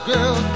Girl